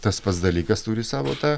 tas pats dalykas turi savo tą